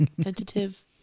tentative